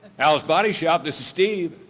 al's body shop, this is steve.